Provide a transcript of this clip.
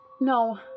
No